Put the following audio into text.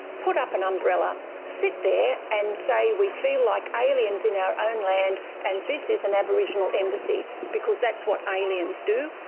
put up an umbrella, sit there, and say, we feel like aliens in our own land, and this is an aboriginal embassy. because that's what aliens do.